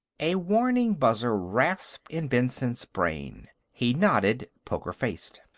a warning buzzer rasped in benson's brain. he nodded, poker-faced.